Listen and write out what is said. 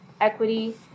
equity